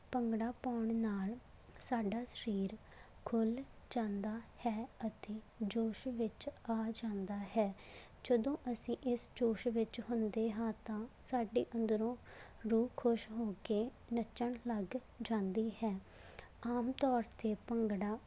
ਭੰਗੜਾ ਪਾਉਣ ਨਾਲ ਸਾਡਾ ਸਰੀਰ ਖੁੱਲ੍ਹ ਜਾਂਦਾ ਹੈ ਅਤੇ ਜੋਸ਼ ਵਿੱਚ ਆ ਜਾਂਦਾ ਹੈ ਜਦੋਂ ਅਸੀਂ ਇਸ ਜੋਸ਼ ਵਿੱਚ ਹੁੰਦੇ ਹਾਂ ਤਾਂ ਸਾਡੇ ਅੰਦਰੋਂ ਰੂਹ ਖੁਸ਼ ਹੋ ਕੇ ਨੱਚਣ ਲੱਗ ਜਾਂਦੀ ਹੈ ਆਮ ਤੌਰ 'ਤੇ ਭੰਗੜਾ